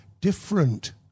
different